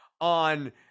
on